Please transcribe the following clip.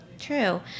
True